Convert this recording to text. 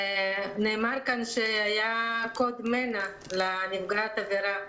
נאמר כאן שהיה קוד מנ"ע לנפגעת העבירה,